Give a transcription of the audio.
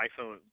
iPhone